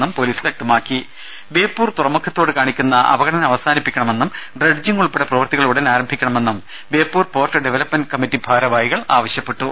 രുട്ട്ട്ട്ട്ട്ട്ട്ട ബേപ്പൂർ തുറമുഖത്തോട് കാണിക്കുന്ന അവഗണന അവസാനിപ്പിക്ക ണമെന്നും ഡ്രെഡ്ജിംഗ് ഉൾപ്പെടെ പ്രവൃത്തികൾ ഉടൻ ആരംഭിക്കണമെന്നും ബേപ്പൂർ പോർട്ട് ഡവലപ്പ്മെന്റ് കമ്മിറ്റി ഭാരവാഹികൾ ആവശ്യപ്പെട്ടു